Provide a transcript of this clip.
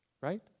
Right